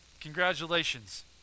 congratulations